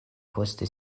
poste